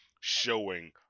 showing